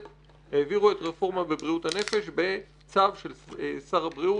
העבירו את הרפורמה בבריאות הנפש בצו של שר הבריאות,